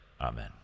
Amen